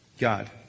God